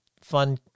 fun